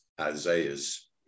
Isaiah's